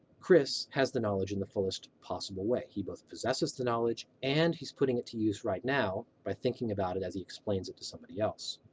chris has the knowledge in the fullest possible way he both possesses the knowledge and he's putting it to use right now by thinking about it as he explains it to somebody else.